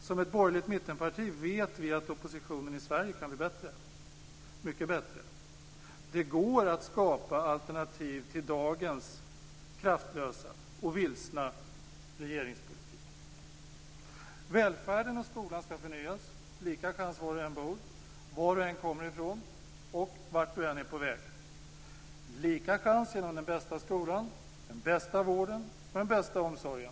Som ett borgerligt mittenparti vet vi att oppositionen i Sverige kan bli bättre, mycket bättre. Det går att skapa alternativ till dagens kraftlösa och vilsna regeringspolitik. Välfärden och skolan skall förnyas - lika chans var du än bor, var du än kommer ifrån och vart du än är på väg. Alla skall ha lika chans inom den bästa skolan, lika tillgång till den bästa vården och till den bästa omsorgen.